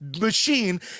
machine